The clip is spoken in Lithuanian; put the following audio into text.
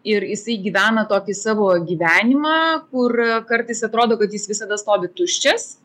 ir jisai gyvena tokį savo gyvenimą kur kartais atrodo kad jis visada stovi tuščias